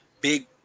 Big